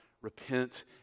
repent